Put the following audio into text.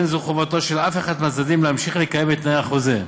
אין זו חובתו של אף אחד מהצדדים להמשיך לקיים את תנאי החוזה.